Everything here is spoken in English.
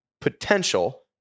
potential